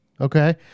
okay